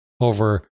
over